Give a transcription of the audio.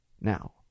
Now